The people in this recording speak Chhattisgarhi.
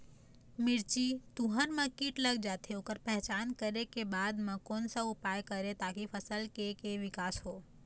मिर्ची, तुंहर मा कीट लग जाथे ओकर पहचान करें के बाद मा कोन सा उपाय करें ताकि फसल के के विकास हो?